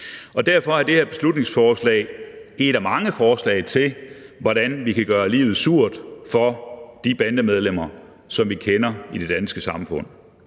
Derfor er det her beslutningsforslag et af mange forslag til, hvordan vi kan gøre livet surt for de bandemedlemmer, som vi kender i det danske samfund.